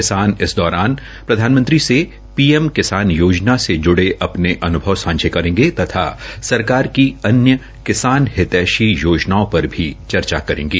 किसान इस दौरान प्रधानमंत्री से पीएम किसान योजना से जुड़े अपने अनुभव सांझा करेंगे तथा सरकार की अन्य किसान हितैषी योजनाओं पर भी चर्चा करेंगे